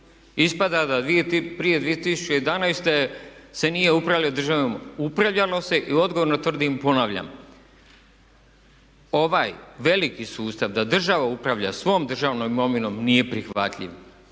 Ispada da prije 2011. se nije upravljalo državnom imovinom. Upravljalo se i odgovorno tvrdim, ponavljam ovaj veliki sustav da država upravlja svom državnom imovinom nije prihvatljiv.